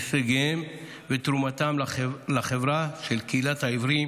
הישגיה ותרומת לחברה של קהילת העיוורים